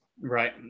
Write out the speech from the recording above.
Right